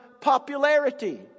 popularity